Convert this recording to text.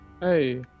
Hey